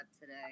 today